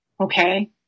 Okay